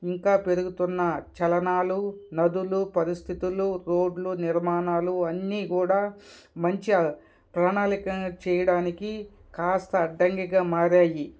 ఇంకా పెరుగుతున్న చలనాలు నదులు పరిస్థితులు రోడ్లు నిర్మాణాలు అన్నీ కూడా మంచిగా ప్రణాళికగా చేయడానికి కాస్త అడ్డంకిగా మారాయి